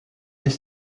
des